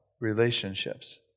relationships